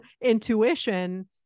Intuition